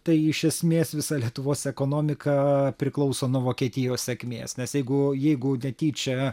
tai iš esmės visa lietuvos ekonomika priklauso nuo vokietijos sėkmės nes jeigu jeigu netyčia